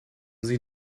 sie